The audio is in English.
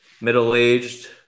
middle-aged